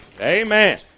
Amen